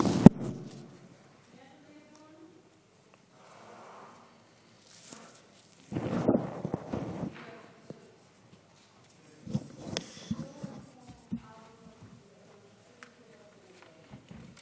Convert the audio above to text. חבר